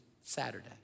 Saturday